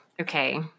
okay